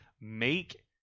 make